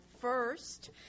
first